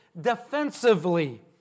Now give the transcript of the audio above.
defensively